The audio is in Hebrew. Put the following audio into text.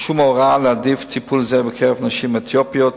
שום הוראה להעדיף טיפול זה בקרב נשים אתיופיות,